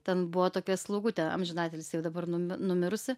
ten buvo tokia slaugutė amžinatilsį jau dabar numirusi